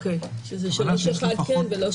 זה בנוסח.